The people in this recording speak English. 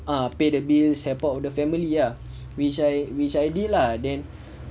uh pay the bills have part of the family ya which I which I did lah then